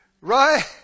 right